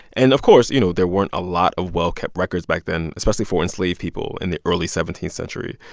and of course, you know, there weren't a lot of well-kept records back then, especially for enslaved people, in the early seventeenth century.